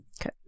Okay